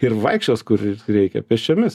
ir vaikščios kur ir reikia pėsčiomis